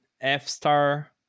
F-star